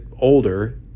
older